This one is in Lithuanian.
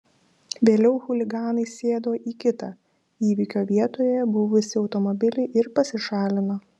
vėliau chuliganai sėdo į kitą įvykio vietoje buvusį automobilį ir pasišalino